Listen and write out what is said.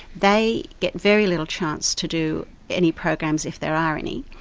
they get very little chance to do any programs if there are any.